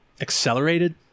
accelerated